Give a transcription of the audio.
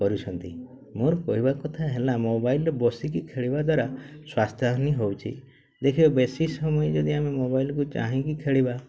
କରୁଛନ୍ତି ମୋର କହିବା କଥା ହେଲା ମୋବାଇଲ୍ରେ ବସିକି ଖେଳିବା ଦ୍ୱାରା ସ୍ୱାସ୍ଥ୍ୟହାନୀ ହେଉଛି ଦେଖିବ ବେଶୀ ସମୟ ଯଦି ଆମେ ମୋବାଇଲ୍କୁ ଚାହିଁକି ଖେଳିବା